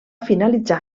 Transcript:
finalitzar